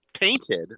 painted